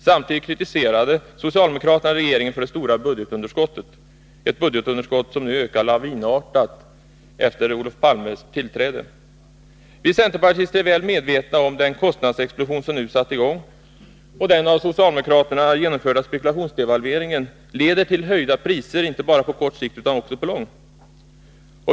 Samtidigt kritiserade socialdemokraterna regeringen för det stora budgetunderskottet, ett budgetunderskott som nu ökar lavinartat efter Olof Palmes tillträde. Vi centerpartister är väl medvetna om den kostnadsexplosion som nu satt i gång. Den av socialdemokraterna genomförda spekulationsdevalveringen leder till höjda priser inte bara på kort sikt, utan också på lång.